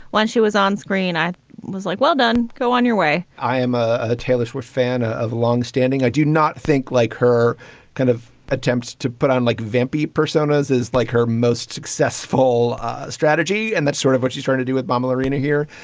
once she was on screen, i was like, well done, go on your way i am a ah taylor swift fan ah of long standing. i do not think like her kind of attempts to put on like vampy persona as is like her most successful strategy. and that's sort of what she's trying to do with bommel arena here.